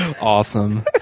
awesome